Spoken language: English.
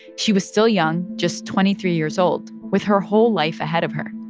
she was still young, just twenty three years old, with her whole life ahead of her.